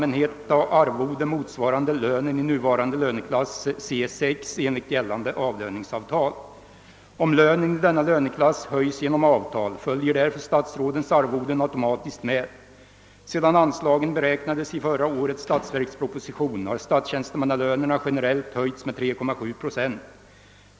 nen i denna löneklass höjs genom avtal följer därför statsrådens arvoden automatiskt med. Sedan anslagen beräknades i förra årets statsverksproposition har statstjänstemannalönerna generellt höjts med 3,7 procent.